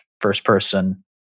first-person